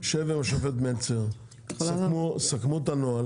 שב עם השופט מלצר סכמו את הנוהל.